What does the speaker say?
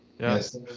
Yes